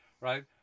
right